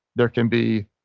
there can be,